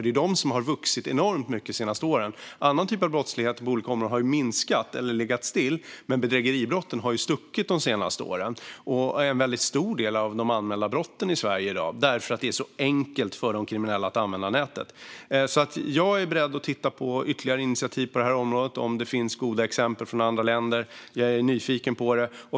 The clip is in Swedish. De har vuxit enormt mycket de senaste åren. Annan typ av brottslighet har minskat eller legat still. Men bedrägeribrotten har stuckit i väg de senaste åren. De är en väldigt stor del av de anmälda brotten i Sverige i dag därför att det är så enkelt för de kriminella att använda nätet. Jag är beredd att titta på ytterligare initiativ på det här området och se om det finns goda exempel från andra länder. Jag är nyfiken på det.